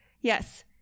Yes